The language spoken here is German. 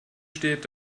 steht